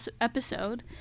episode